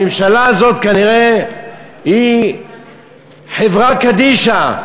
הממשלה הזאת כנראה היא חברה קדישא,